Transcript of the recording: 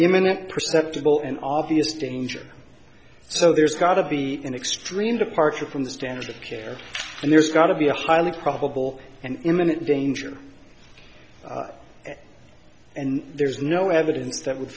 imminent perceptible and obvious danger so there's got to be an extreme departure from the standard of care and there's got to be a highly probable and imminent danger and there's no evidence